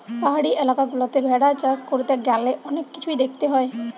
পাহাড়ি এলাকা গুলাতে ভেড়া চাষ করতে গ্যালে অনেক কিছুই দেখতে হয়